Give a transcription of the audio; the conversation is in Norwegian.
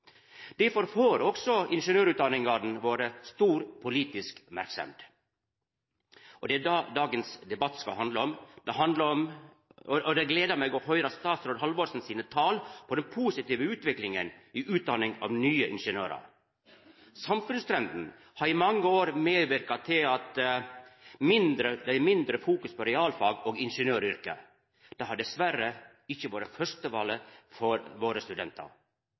Difor får òg ingeniørutdanningane våre stor politisk merksemd, og det er det debatten i dag skal handla om. Det gleder meg å høyra statsråd Halvorsen sine tal på den positive utviklinga innan utdanning av nye ingeniørar. Samfunnstrenden har i mange år medverka til mindre fokus på realfag og ingeniøryrket. Det har dessverre ikkje vore førstevalet for våre studentar.